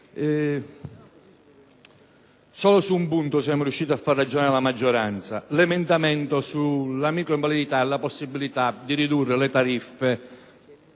Solo su un punto siamo riusciti a far ragionare la maggioranza: mi riferisco all'emendamento sulla microinvalidità e la possibilità di ridurre le tariffe